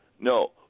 No